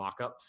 Mockups